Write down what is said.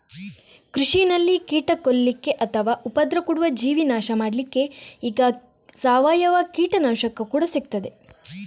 ಕೃಷಿನಲ್ಲಿ ಕೀಟ ಕೊಲ್ಲಿಕ್ಕೆ ಅಥವಾ ಉಪದ್ರ ಕೊಡುವ ಜೀವಿ ನಾಶ ಮಾಡ್ಲಿಕ್ಕೆ ಈಗ ಸಾವಯವ ಕೀಟನಾಶಕ ಕೂಡಾ ಸಿಗ್ತದೆ